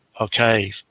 okay